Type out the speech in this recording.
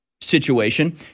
situation